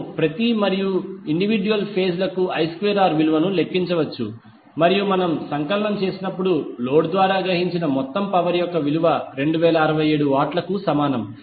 మనము ప్రతి మరియు ఇండివిడ్యుయల్ ఫేజ్ లకు I2R విలువను లెక్కించవచ్చు మరియు మనం సంకలనం చేసినప్పుడు లోడ్ ద్వారా గ్రహించిన మొత్తం పవర్ యొక్క విలువ 2067 వాట్లకు సమానం